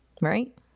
Right